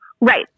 Right